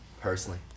personally